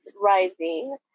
Rising